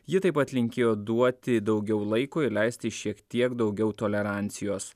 ji taip pat linkėjo duoti daugiau laiko ir leisti šiek tiek daugiau tolerancijos